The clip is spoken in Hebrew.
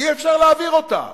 אי-אפשר להעביר אותה,